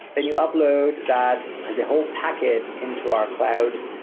then you upload that as a whole package into our cloud,